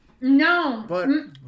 No